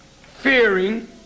fearing